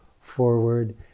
forward